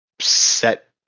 set